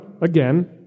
again